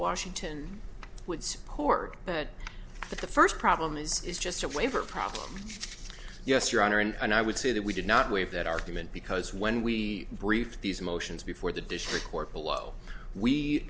washington would support that that the first problem is is just a waiver problem yes your honor and i would say that we did not waive that argument because when we briefed these motions before the district court below we